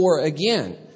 again